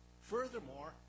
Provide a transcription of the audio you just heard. Furthermore